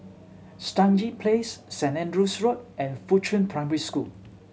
Stangee Place St Andrew's Road and Fuchun Primary School